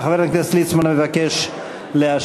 חבר הכנסת ליצמן מבקש להשיב.